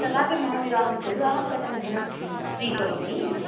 तवापि मम विवाहं खलु अहं कथं धनं स्वीकरोमि